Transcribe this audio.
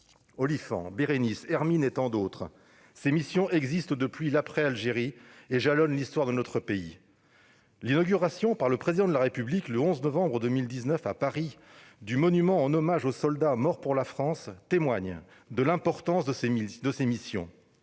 Olifant, Bérénice, Hermine, et tant d'autres, ces missions existent depuis l'après-Algérie et jalonnent l'histoire de notre pays. L'inauguration par le Président de la République, le 11 novembre 2019 à Paris, du monument en hommage aux soldats morts pour la France témoigne de l'importance de ces missions.